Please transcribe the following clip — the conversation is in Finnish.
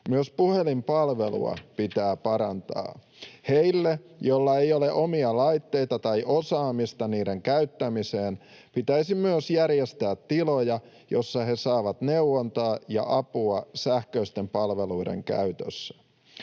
Myös puhelinpalvelua pitää parantaa. Niille, joilla ei ole omia laitteita tai osaamista niiden käyttämiseen, pitäisi myös järjestää tiloja, joissa he saavat neuvontaa ja apua sähköisten palveluiden käytössä.